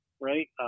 right